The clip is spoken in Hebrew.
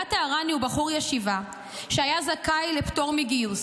אלעד טהרני הוא בחור ישיבה שהיה זכאי לפטור מגיוס.